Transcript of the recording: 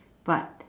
but